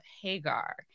Hagar